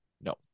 No